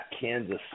Kansas